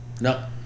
No